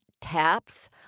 TAPS